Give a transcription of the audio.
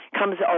comes